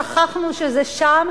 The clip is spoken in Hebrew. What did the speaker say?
שכחנו שזה שם,